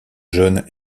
jeune